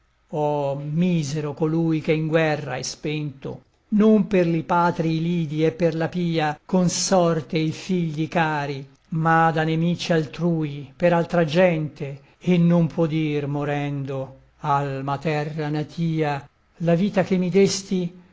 oh misero colui che in guerra è spento non per li patrii lidi e per la pia consorte e i figli cari ma da nemici altrui per altra gente e non può dir morendo alma terra natia la vita che mi desti